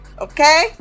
okay